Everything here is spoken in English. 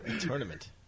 Tournament